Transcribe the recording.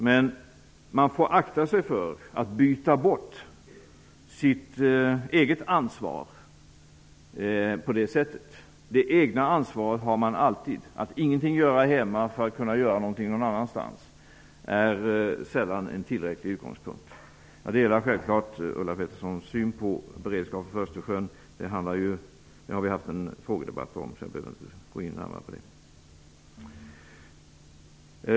Men man får akta sig för att byta bort sitt eget ansvar på det sättet. Ett eget ansvar har man alltid. Att ingenting göra hemma för att kunna göra någonting någon annanstans är sällan en tillräcklig utgångspunkt. Jag delar självfallet Ulla Petterssons syn på beredskapen för Östersjön. Det har vi ju haft en frågedebatt om, så jag behöver inte gå in närmare på det.